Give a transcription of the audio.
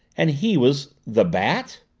and he was the bat!